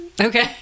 Okay